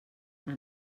amb